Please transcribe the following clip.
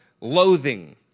loathing